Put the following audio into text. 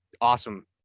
awesome